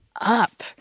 up